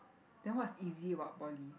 then what's easy about poly